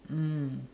mm